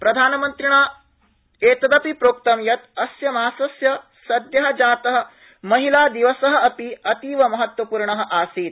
प्रधानमन्त्रिणा प्रोकृतं यत् अस्य मासस्य सदयः जातः महिला दिवसः अपि अतीव महत्त्वप्र्णः आसीत्